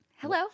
Hello